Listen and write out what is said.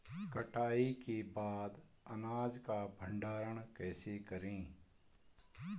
कटाई के बाद अनाज का भंडारण कैसे करें?